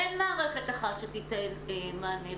אין מערכת אחת שתיתן מענה,